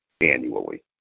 annually